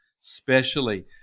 specially